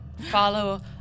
follow